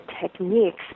techniques